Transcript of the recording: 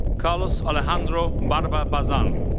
carlos alejandro barba bazan.